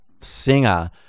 singer